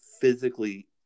physically